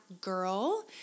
girl